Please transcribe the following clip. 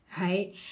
right